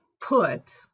put